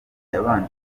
yabanje